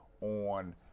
on